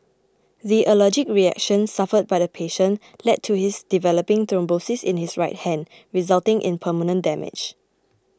the allergic reaction suffered by the patient led to his developing thrombosis in his right hand resulting in permanent damage